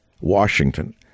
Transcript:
washington